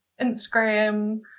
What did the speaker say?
Instagram